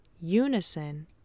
unison